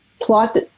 plot